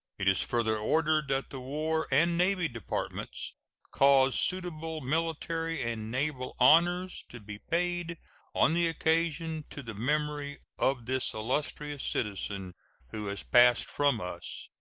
it is further ordered that the war and navy departments cause suitable military and naval honors to be paid on the occasion to the memory of this illustrious citizen who has passed from us.